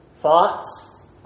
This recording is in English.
thoughts